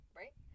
right